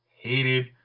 hated